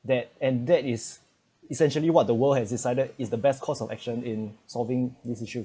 that and that is essentially what the world has decided is the best course of action in solving this issue